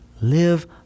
Live